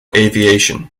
aviation